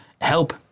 help